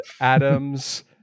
Adam's